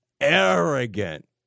arrogant